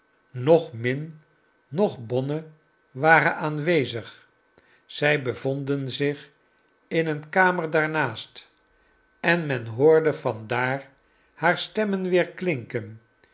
noch min noch bonne waren aanwezig zij bevonden zich in een kamer daarnaast en men hoorde van daar haar stemmen